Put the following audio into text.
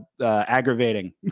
aggravating